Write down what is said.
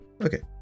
Okay